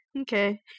Okay